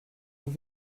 vous